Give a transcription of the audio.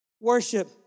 Worship